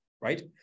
right